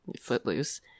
footloose